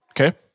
Okay